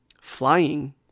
Flying